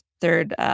third